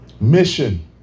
Mission